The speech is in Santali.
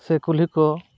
ᱥᱮ ᱠᱩᱞᱦᱤ ᱠᱚ